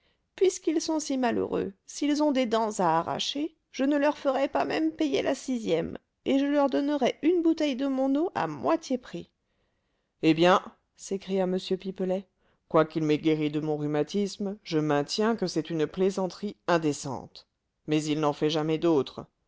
puisqu'ils sont si malheureux s'ils ont des dents à arracher je ne leur ferai pas même payer la sixième et je leur donnerai une bouteille de mon eau à moitié prix eh bien s'écria m pipelet quoiqu'il m'ait guéri de mon rhumatisme je maintiens que c'est une plaisanterie indécente mais il n'en fait jamais d'autres